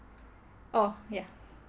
oh ya